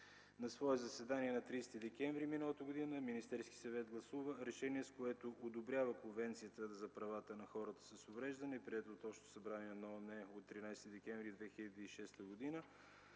На свое заседание на 30 декември миналата година, Министерският съвет гласува Решение, с което одобрява Конвенцията за правата на хората с увреждания, приет от Общото събрание на ООН от 13 декември 2006 г.